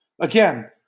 Again